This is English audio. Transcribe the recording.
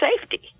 safety